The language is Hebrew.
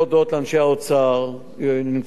היו קשיים אדירים,